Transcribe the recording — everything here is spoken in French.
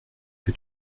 que